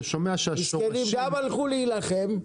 גם הלכו להילחם,